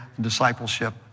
discipleship